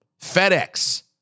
FedEx